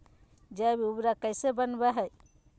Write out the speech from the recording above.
जैव उर्वरक कैसे वनवय हैय?